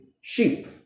sheep